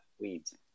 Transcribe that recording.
weeds